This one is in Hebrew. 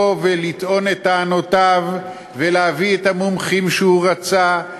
ולטעון את טענותיו ולהביא את המומחים שהוא רצה.